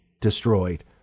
destroyed